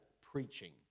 preaching